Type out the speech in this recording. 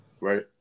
right